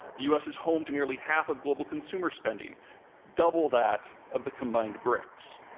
the u. s. is home to nearly half of global consumer spending double that of the combined brics.